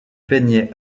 peignait